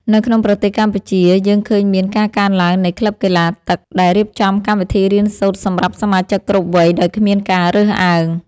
នៅក្នុងប្រទេសកម្ពុជា យើងឃើញមានការកើនឡើងនៃក្លឹបកីឡាទឹក ដែលរៀបចំកម្មវិធីរៀនសូត្រសម្រាប់សមាជិកគ្រប់វ័យដោយគ្មានការរើសអើង។